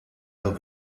los